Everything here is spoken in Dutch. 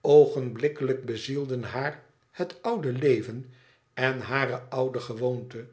oogenblikkelijk bezielden haar het oude leven en hare oude gewoonte